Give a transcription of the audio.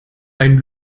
einen